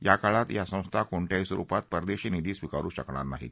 या काळात या संस्था कोणत्याही स्वरुपात परदेशी निधी स्विकारु शकणार नाहीत